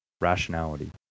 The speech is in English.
rationality